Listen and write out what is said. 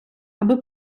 аби